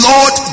Lord